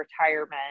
retirement